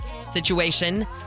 situation